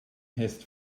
hissed